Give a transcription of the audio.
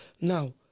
Now